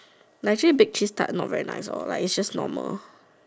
but actually baked cheese tart not very nice lor like it's just normal